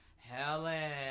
Helen